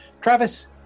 Travis